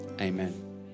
amen